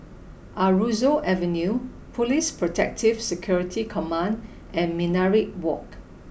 Aroozoo Avenue Police Protective Security Command and Minaret Walk